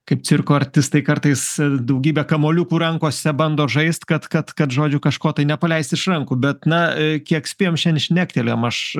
kaip cirko artistai kartais daugybe kamuoliukų rankose bando žaist kad kad kad žodžiu kažko tai nepaleist iš rankų bet na kiek spėjom šian šnektelėjom aš